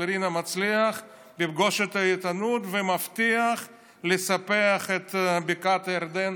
רינה מצליח ב"פגוש את העיתונות" ומבטיח לספח את בקעת הירדן